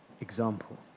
example